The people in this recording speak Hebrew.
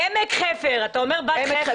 עמק חפר, אתה אומר בת חפר.